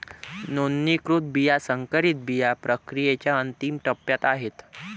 नोंदणीकृत बिया संकरित बिया प्रक्रियेच्या अंतिम टप्प्यात आहेत